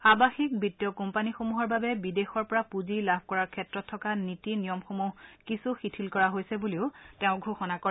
আৱাসিক বিত্তীয় কোম্পানীসমূহৰ বাবে বিদেশৰ পৰা পূঁজি লাভ কৰাৰ ক্ষেত্ৰত থকা নীতি নিয়মসমূহ কিছু শিথিল কৰা হৈছে বুলিও তেওঁ ঘোষণা কৰে